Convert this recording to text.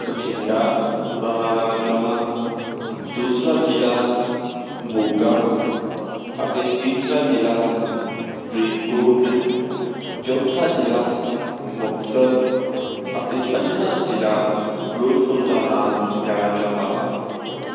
ਬਠਿੰਡਾ ਦਾ ਨਾਂ ਲੈਣਾ ਚਾਹੁੰਦਾ ਹਾਂ ਦੂਸਰਾ ਜ਼ਿਲ੍ਹਾ ਮੋਗਾ ਅਤੇ ਤੀਸਰਾ ਜ਼ਿਲ੍ਹਾ ਫਰੀਦਕੋਟ ਚੌਥਾ ਜ਼ਿਲ੍ਹਾ ਮੁਕਤਸਰ ਅਤੇ ਪੰਜਵਾਂ ਜ਼ਿਲ੍ਹਾ ਫਿਰੋਜ਼ਪੁਰ ਦਾ ਨਾਂ ਲੈਣਾ ਚਾਹੁੰਦਾ ਹਾਂ